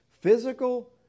Physical